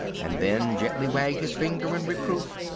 and then gently wagged his finger in reproof.